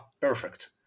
Perfect